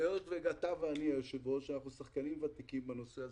היות ואתה היושב ראש ואני אנחנו שחקנים ותיקים בנושא,